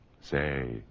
Say